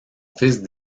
fils